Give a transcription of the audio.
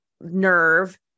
nerve